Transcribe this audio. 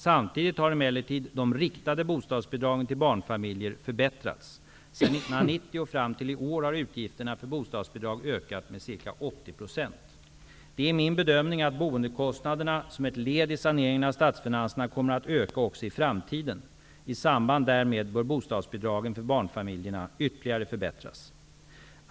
Samtidigt har emellertid de riktade bostadsbidragen till barnfamiljer förbättrats. Sedan 1990 och fram till i år har utgifterna för bostadsbidrag ökat med ca 80 %. Det är min bedömning att boendekostnaderna, som ett led i saneringen av statsfinanserna, kommer att öka också i framtiden. I samband därmed bör bostadsbidragen för barnfamiljerna ytterligare förbättras.